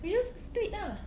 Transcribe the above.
we just split lah